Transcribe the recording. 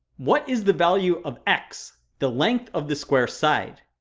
what is the value of x, the length of the square's side?